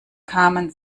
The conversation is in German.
kamen